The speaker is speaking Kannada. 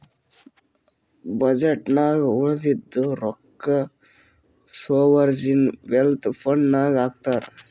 ಬಜೆಟ್ ನಾಗ್ ಉಳದಿದ್ದು ರೊಕ್ಕಾ ಸೋವರ್ಜೀನ್ ವೆಲ್ತ್ ಫಂಡ್ ನಾಗ್ ಹಾಕ್ತಾರ್